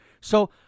So-